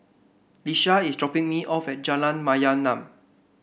Iesha is dropping me off at Jalan Mayaanam